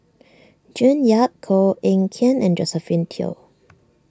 June Yap Koh Eng Kian and Josephine Teo